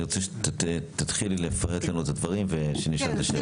אני רוצה שתתחילי לפרט לנו את הדברים ושנשאל את השאלות.